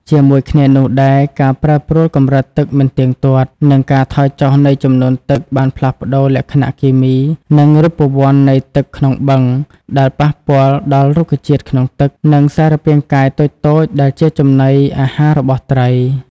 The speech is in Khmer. ជាមួយគ្នានោះដែរ ការប្រែប្រួលកម្រិតទឹកមិនទៀងទាត់ និងការថយចុះនៃចំនួនទឹកបានផ្លាស់ប្តូរលក្ខណៈគីមី និងរូបវន្តនៃទឹកក្នុងបឹង ដែលប៉ះពាល់ដល់រុក្ខជាតិក្នុងទឹក និងសារពាង្គកាយតូចៗដែលជាចំណីអាហាររបស់ត្រី។